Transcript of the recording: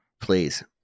Please